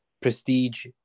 prestige